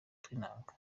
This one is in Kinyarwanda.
tw’intanga